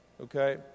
Okay